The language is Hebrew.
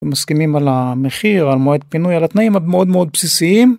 מסכימים על המחיר על מועד פינוי על התנאים המאוד מאוד בסיסיים.